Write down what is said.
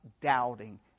doubting